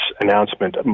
announcement